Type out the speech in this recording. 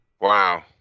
Wow